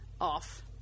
off